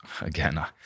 again